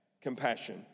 compassion